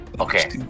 Okay